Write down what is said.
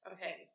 Okay